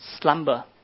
slumber